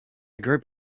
group